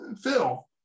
Phil